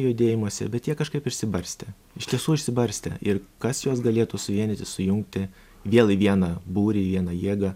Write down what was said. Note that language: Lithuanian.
judėjimuose bet jie kažkaip išsibarstę iš tiesų išsibarstę ir kas juos galėtų suvienyti sujungti vėl į vieną būrį į vieną jėgą